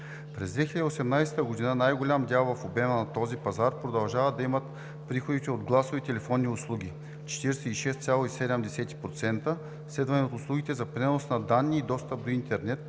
През 2018 г. най-голям дял в обема на този пазар продължават да имат приходите от гласовите телефонни услуги – 46,7%, следвани от услугите за пренос на данни и достъп до интернет